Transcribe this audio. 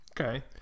Okay